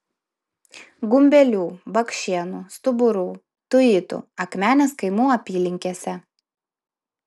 gumbelių bakšėnų stuburų tuitų akmenės kaimų apylinkėse